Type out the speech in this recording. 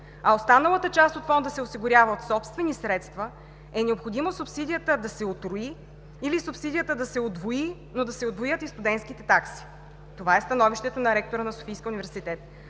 а останалата част от Фонда се осигурява от собствени средства, е необходимо субсидията да се утрои, или субсидията да се удвои, но да се удвоят и студентските такси“. Това е становището на ректора на Софийския университет.